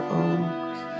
oaks